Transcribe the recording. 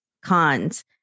cons